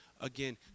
again